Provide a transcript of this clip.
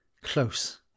close